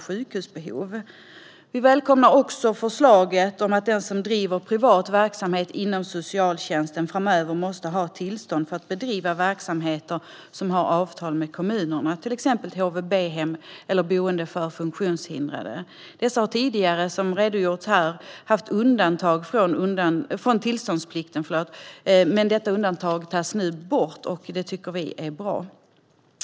Trygg och säker vård för barn och unga som vårdas utanför det egna hemmet Vi välkomnar också förslaget att den som driver privat verksamhet inom socialtjänsten framöver måste ha tillstånd för att bedriva verksamheter som har avtal med kommunerna, till exempel HVB-hem eller boende för funktionshindrade. Dessa har tidigare, vilket det har redogjorts för här, haft undantag från tillståndsplikten. Detta undantag tas nu bort, och det tycker vi är bra.